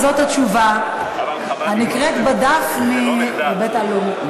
אז זאת התשובה הנקראת בדף מהיבט עלום.